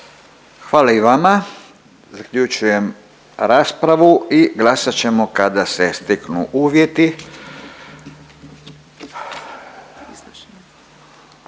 Hvala i vama. Zaključujem raspravu i glasat ćemo kada se steknu uvjeti.